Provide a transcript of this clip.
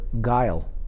guile